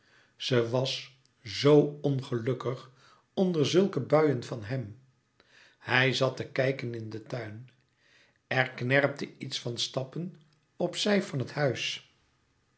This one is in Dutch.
ze was zoo ongelukkig onder zulke buien van hem hij zat te kijken in den tuin er knerpte iets van stappen op zij van het huis